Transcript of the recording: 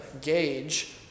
gauge